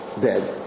dead